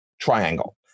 Triangle